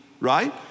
right